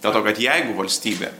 dėl to kad jeigu valstybė